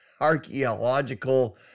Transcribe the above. archaeological